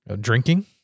drinking